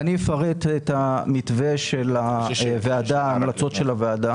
אני אפרט את המתווה של הוועדה, ההמלצות של הוועדה.